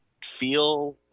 feel